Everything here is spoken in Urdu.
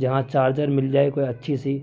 جہاں چارجر مل جائے کوئی اچّھی سی